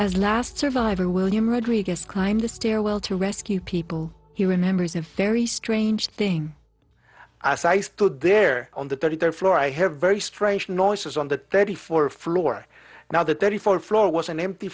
as last survivor william rodriguez climbed the stairwell to rescue people he remembers a very strange thing as i stood there on the thirty third floor i have very strange noises on the thirty four floor now the thirty fourth floor was an empty